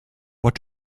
what